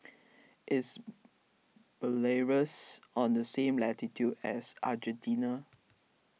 is Belarus on the same latitude as Argentina